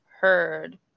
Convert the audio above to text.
heard